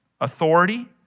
authority